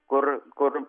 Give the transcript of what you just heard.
kur kur